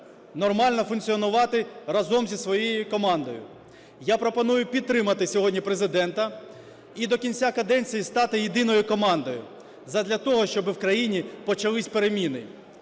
нормально функціонувати разом зі своєю командою. Я пропоную підтримати сьогодні Президента і до кінця каденції стати єдиною командою задля того, щоби в країні почались переміни.